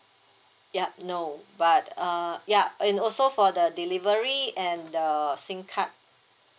yup no but uh ya and also for the delivery and the SIM card